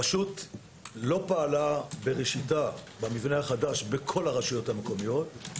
הרשות לא פעלה בראשיתה במבנה החדש בכל הרשויות המקומיות.